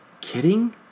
kidding